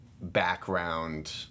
background